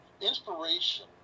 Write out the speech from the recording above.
inspiration